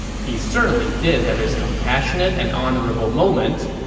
he certainly did have his compassionate and honorable moments,